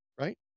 Right